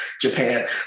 Japan